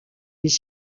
les